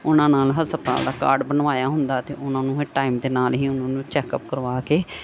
ਉਹਨਾਂ ਨਾਲ ਹਸਪਤਾਲ ਦਾ ਕਾਰਡ ਬਣਵਾਇਆ ਹੁੰਦਾ ਅਤੇ ਉਹਨਾਂ ਨੂੰ ਇਹ ਟਾਈਮ ਦੇ ਨਾਲ ਹੀ ਉਹਨਾਂ ਨੂੰ ਚੈੱਕਅਪ ਕਰਵਾ ਕੇ